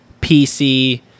PC